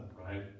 right